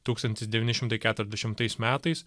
tūkstantis devyni šimtai keturiasdešimtais metais